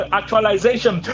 actualization